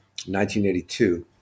1982